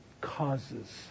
causes